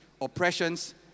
oppressions